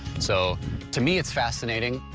so to me it's fascinating.